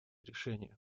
решения